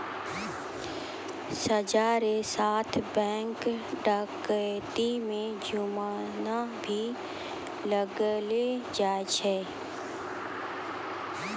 सजा रो साथ बैंक डकैती मे जुर्माना भी लगैलो जाय छै